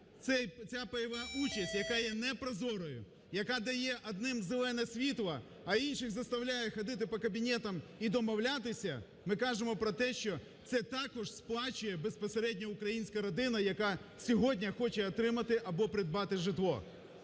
ця пайова участь, яка є непрозорою, яка дає одним зелене світло, а інших заставляє ходити по кабінетам і домовлятися, ми кажемо про те, що це також сплачує безпосередньо українська родина, яка сьогодні хоче отримати або придбати житло.